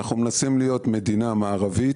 אנחנו מנסים להיות מדינה מערבית,